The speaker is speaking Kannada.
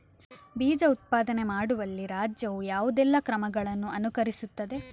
ಬೀಜ ಉತ್ಪಾದನೆ ಮಾಡುವಲ್ಲಿ ರಾಜ್ಯವು ಯಾವುದೆಲ್ಲ ಕ್ರಮಗಳನ್ನು ಅನುಕರಿಸುತ್ತದೆ?